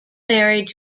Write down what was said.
married